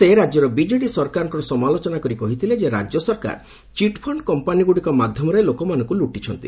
ସେ ରାଜ୍ୟର ବିଜେଡି ସରକାରଙ୍କର ସମାଲୋଚନା କରି କହିଥିଲେ ରାଜ୍ୟ ସରକାର ଚିଟ୍ ଫଣ୍ଡ କମ୍ପାନୀଗ୍ରଡିକ ମାଧ୍ୟମରେ ଲୋକମାନଙ୍କୁ ଲୁଟିଛନ୍ତି